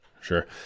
sure